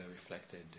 reflected